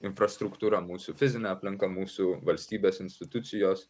infrastruktūra mūsų fizinė aplinka mūsų valstybės institucijos